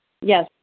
Yes